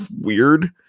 weird